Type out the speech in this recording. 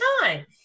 time